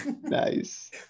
nice